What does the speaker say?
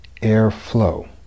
airflow